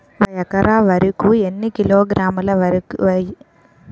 ఒక ఎకర వరి కు ఎన్ని కిలోగ్రాముల యూరియా వెయ్యాలి?